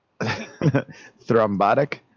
Thrombotic